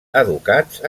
educats